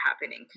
happening